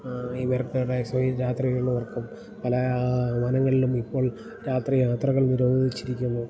ഇവരുടെ രാത്രികളിലുറക്കം പല വനങ്ങളിലും ഇപ്പോൾ രാത്രി യാത്രകൾ നിരോധിച്ചിരിക്കുന്നു